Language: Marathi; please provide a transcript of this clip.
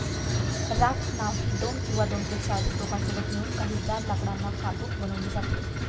राफ्ट नाव ही दोन किंवा दोनपेक्षा अधिक लोकांसोबत मिळून, काही जाड लाकडांना कापून बनवली जाते